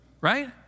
Right